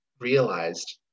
realized